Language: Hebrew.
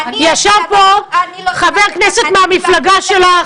ישב פה חבר כנסת מהמפלגה שלך,